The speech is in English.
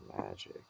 magic